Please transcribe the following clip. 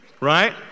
Right